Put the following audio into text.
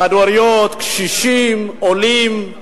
חד-הוריות, קשישים, עולים,